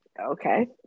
Okay